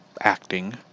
acting